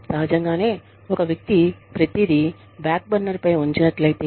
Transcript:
సహజంగానే ఒక వ్యక్తి ప్రతిదీ బ్యాక్బర్నర్పై ఉంచినట్లయితే